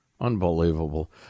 Unbelievable